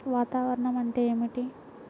వాతావరణం అంటే ఏమిటి?